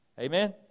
Amen